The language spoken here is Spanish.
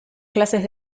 clases